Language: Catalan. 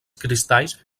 cristalls